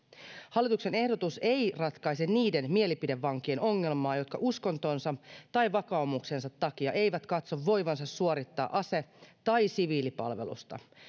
hallituksen ehdotus ei ratkaise niiden mielipidevankien ongelmaa jotka uskontonsa tai vakaumuksensa takia eivät katso voivansa suorittaa ase tai siviilipalvelusta